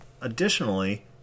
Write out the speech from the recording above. Additionally